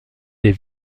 les